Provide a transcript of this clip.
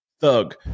thug